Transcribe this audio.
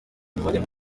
umurimo